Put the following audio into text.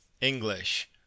English